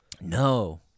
No